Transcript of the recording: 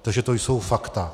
Takže to jsou fakta.